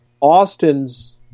Austin's